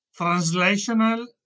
translational